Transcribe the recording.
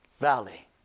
Valley